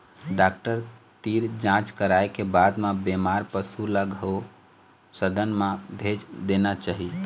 doctor तीर जांच कराए के बाद म बेमार पशु ल गो सदन म भेज देना चाही